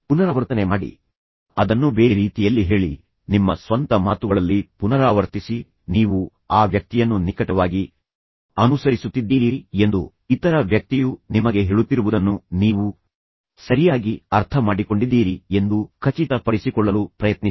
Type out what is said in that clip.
ಪುನರಾವರ್ತನೆ ಮಾಡಿ ಅದನ್ನು ಬೇರೆ ರೀತಿಯಲ್ಲಿ ಹೇಳಿ ನಿಮ್ಮ ಸ್ವಂತ ಮಾತುಗಳಲ್ಲಿ ಪುನರಾವರ್ತಿಸಿ ನೀವು ಆ ವ್ಯಕ್ತಿಯನ್ನು ನಿಕಟವಾಗಿ ಅನುಸರಿಸುತ್ತಿದ್ದೀರಿ ಎಂದು ಇತರ ವ್ಯಕ್ತಿಯು ನಿಮಗೆ ಹೇಳುತ್ತಿರುವುದನ್ನು ನೀವು ಸರಿಯಾಗಿ ಅರ್ಥಮಾಡಿಕೊಂಡಿದ್ದೀರಿ ಎಂದು ಖಚಿತಪಡಿಸಿಕೊಳ್ಳಲು ಪ್ರಯತ್ನಿಸಿ